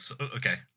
okay